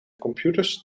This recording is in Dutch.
computers